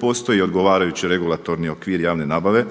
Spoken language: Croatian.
postoji odgovarajući regulatorni okvir javne nabave